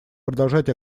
продолжать